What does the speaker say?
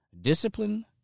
discipline